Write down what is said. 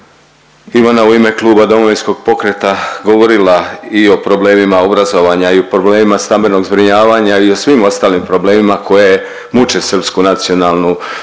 Ivana u ime Kluba Domovinskog pokreta govorila i o problemima obrazovanja i o problemima stambenog zbrinjavanja i o svim ostalim problemima koje muče srpsku nacionalnu manjinu